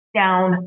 down